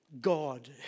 God